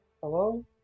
Hello